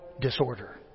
disorder